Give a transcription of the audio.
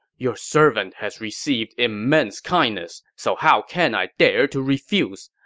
your servant has received immense kindness, so how can i dare to refuse?